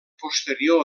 posterior